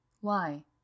Why